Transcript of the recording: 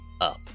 up